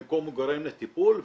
במקום גורם לטיפול.